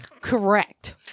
Correct